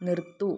നിർത്തൂ